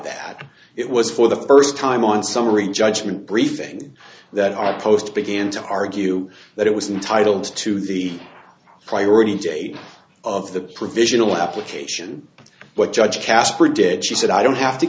that it was for the first time on summary judgment briefing that i post began to argue that it was entitle to the priority date of the provisional application but judge casper did she said i don't have to